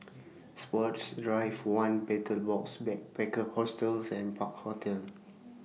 Sports Drive one Betel Box Backpackers Hostel and Park Hotel